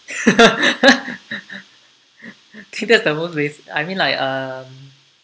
I think that's the most bas~ I mean like um